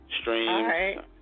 Streams